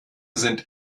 sind